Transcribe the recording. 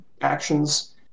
actions